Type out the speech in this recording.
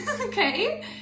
Okay